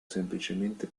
semplicemente